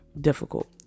difficult